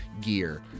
gear